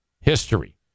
history